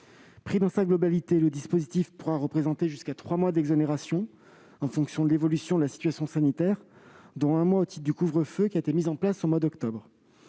Pris dans sa globalité, le dispositif pourra représenter jusqu'à trois mois d'exonération, en fonction de l'évolution de la situation sanitaire, dont un mois au titre du couvre-feu qui a été mis en place au mois d'octobre.